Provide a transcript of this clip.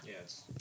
Yes